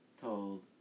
told